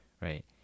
right